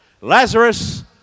Lazarus